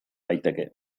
daiteke